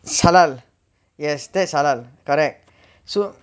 it's halal yes that is halal correct so